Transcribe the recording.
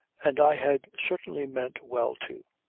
and i had certainly meant well too.